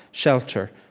shelter.